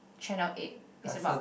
channel eight it's about